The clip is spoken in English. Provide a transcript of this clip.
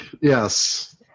Yes